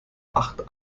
acht